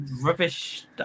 rubbish